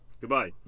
goodbye